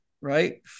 right